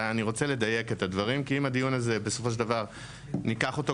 ואני רוצה לדייק את הדברים כי אם בסופו של דבר ניקח את הדיון